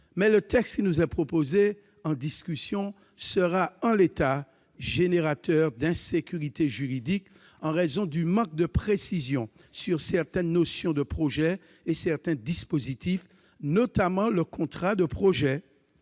Mais le texte qui nous est proposé sera, en l'état, générateur d'insécurité juridique en raison du manque de précisions sur certaines notions et certains dispositifs, notamment le contrat de projet.